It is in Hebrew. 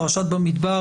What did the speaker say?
פרשת במדבר,